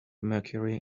mercury